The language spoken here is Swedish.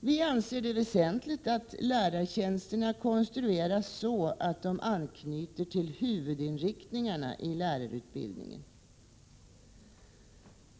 Vi anser det vara väsentligt att lärartjänsterna konstrueras så, att de anknyter till huvudinriktningarna i lärarutbildningen.